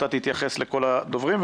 אתה תתייחס לכל הדוברים,